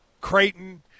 Creighton